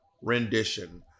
rendition